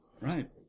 Right